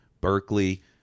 Berkeley